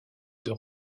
deux